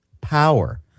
power